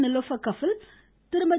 Nilofer Kapil Thirumathi